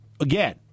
again